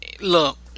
look